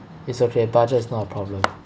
it's okay budget is not a problem